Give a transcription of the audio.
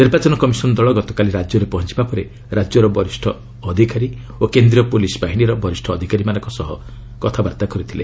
ନିର୍ବାଚନ କମିଶନ ଦଳ ଗତକାଲି ରାଜ୍ୟରେ ପହଞ୍ଚିବା ପରେ ରାଜ୍ୟର ବରିଷ୍ଠ ଅଧିକାରୀ ଓ କେନ୍ଦ୍ରୀୟ ପୋଲିସ ବାହିନୀର ବରିଷ୍ଣ ଅଧିକାରୀମାନଙ୍କ ସହ କଥାବାର୍ତ୍ତା କରିଥିଲେ